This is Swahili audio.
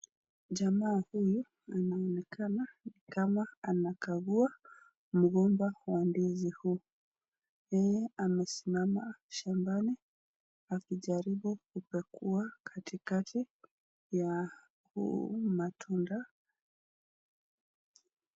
Jamaa huyu anaonekana ni kama anakagua mgomba wa ndizi huu, yeye amesimama shambani akijaribu kupekua katikati ya huu matunda.